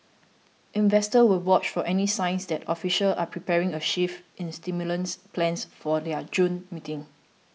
investors will watch for any signs that officials are preparing a shift in stimulus plans for their June meeting